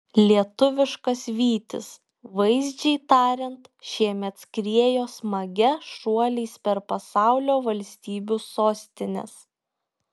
lietuviškas vytis vaizdžiai tariant šiemet skriejo smagia šuoliais per pasaulio valstybių sostines